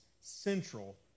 central